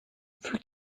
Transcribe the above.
füg